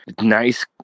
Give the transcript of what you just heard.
nice